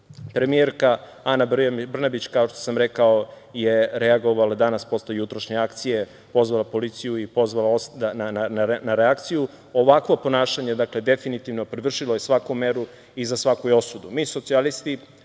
podršku. Premijerka Ana Brnabić je, kao što sam rekao, reagovala danas posle jutrašnje akcije, pozvala policiju i pozvala na reakciju. Ovakvo ponašanje, definitivno, prevršilo je svaku meru i za svaku je osudu. Mi